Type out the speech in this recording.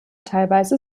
teilweise